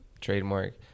Trademark